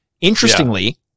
Interestingly